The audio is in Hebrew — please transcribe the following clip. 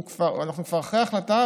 אנחנו כבר אחרי ההחלטה,